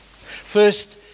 First